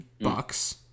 Bucks